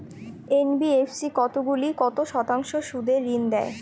NBFC কতগুলি কত শতাংশ সুদে ঋন দেয়?